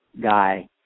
guy